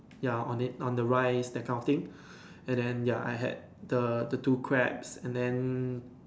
ya on it on the rice that kind of thing and then ya I had the the two crabs and then